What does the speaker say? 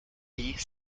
lee